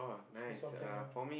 should be something ah